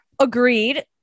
agreed